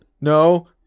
No